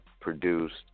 produced